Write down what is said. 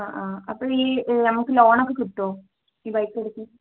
ആ ആ അപ്പം ഈ നമുക്ക് ലോണൊക്കെ കിട്ടുമോ ഈ ബൈക്ക എടുക്കുമ്പോൾ